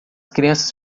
crianças